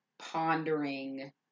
pondering